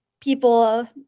people